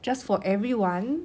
just for everyone